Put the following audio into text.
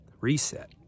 reset